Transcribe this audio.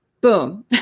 boom